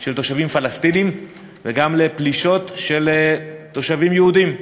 של תושבים פלסטינים וגם לפלישות של תושבים יהודים.